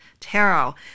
tarot